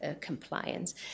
compliance